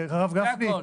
הרב גפני,